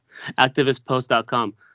Activistpost.com